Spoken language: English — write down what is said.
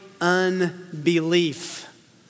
Unbelief